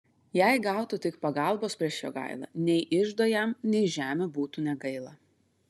jei gautų tik pagalbos prieš jogailą nei iždo jam nei žemių būtų negaila